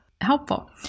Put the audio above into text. helpful